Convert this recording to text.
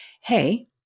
hey